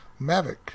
Mavic